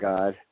God